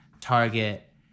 target